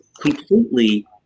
completely